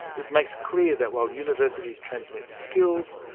it makes clear that while universities transmit skills,